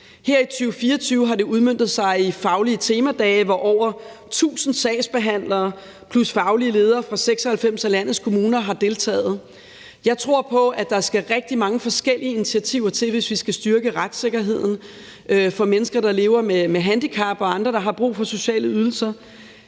Her i 2024 har det udmøntet sig i faglige temadage, hvor over 1.000 sagsbehandlere plus faglige ledere for 96 af landets kommuner har deltaget. Jeg tror på, at der skal rigtig mange forskellige initiativer til, hvis vi skal styrke retssikkerheden for mennesker, der lever med handicap og andre, der har brug for sociale ydelser.